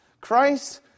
Christ